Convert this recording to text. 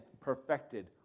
perfected